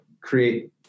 create